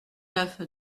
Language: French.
neuf